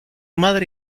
madre